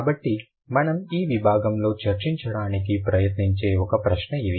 కాబట్టి మనము ఈ విభాగంలో చర్చించడానికి ప్రయత్నించే ఒక ప్రశ్న ఇది